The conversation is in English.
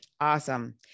Awesome